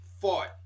fought